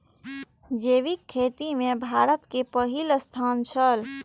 जैविक खेती में भारत के पहिल स्थान छला